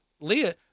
Leah